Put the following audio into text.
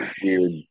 weird